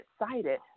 excited